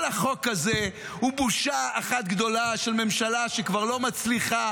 כל החוק הזה הוא בושה אחת גדולה של ממשלה שכבר לא מצליחה